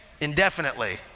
indefinitely